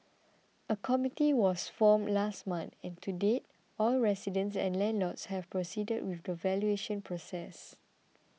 a committee was formed last month and to date all residents and landlords have proceeded with the valuation process